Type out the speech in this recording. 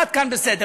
עד כאן בסדר.